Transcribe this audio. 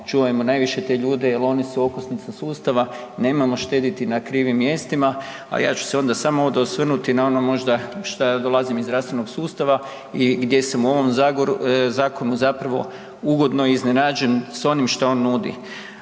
čuvajmo najviše te ljude jel oni su okosnica sustava, nemojmo štediti na krivim mjestima. A ja ću se onda samo osvrnuti na ono možda šta ja dolazim iz zdravstvenog sustava i gdje sam u ovom zakonu ugodno iznenađen s onim što on nudi.